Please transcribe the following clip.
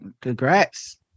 Congrats